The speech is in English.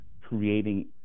creating